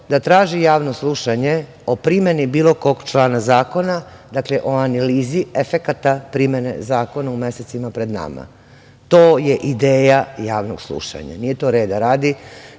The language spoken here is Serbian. da traži javno slušanje o primeni bilo kog člana zakona, dakle o analizi efekata primene zakona u mesecima pred nama. To je ideja javnog slušanja. Nije to reda radi,